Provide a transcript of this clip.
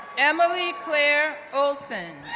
emily claire olson,